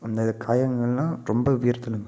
அந்த காயங்கள்லாம் ரொம்ப வீரத்தழும்பு